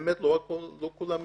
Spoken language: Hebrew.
באמת לא כולם מושחתים,